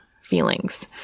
feelings